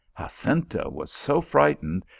jacinta was so frightened,